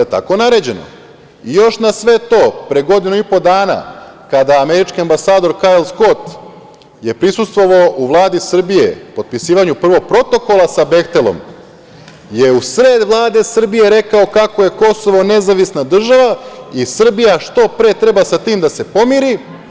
Još na sve to, pre godinu i po dana, američki ambasador Kajl Skot je prisustvovao u Vladi Srbije potpisivanju prvog protokola sa „Behtelom“ i usred Vlade Srbije je rekao kako je Kosovo nezavisna država i Srbija što pre treba sa tim da se pomiri.